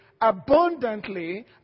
abundantly